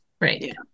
Right